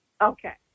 Okay